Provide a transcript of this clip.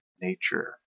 nature